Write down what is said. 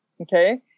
Okay